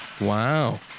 Wow